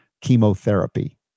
chemotherapy